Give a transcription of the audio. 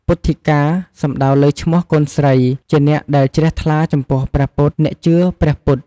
ពុទិ្ធកា សំដៅលើឈ្មោះកូនស្រីជាអ្នកដែលជ្រះថ្លាចំពោះព្រះពុទ្ធ អ្នកជឿព្រះពុទ្ធ។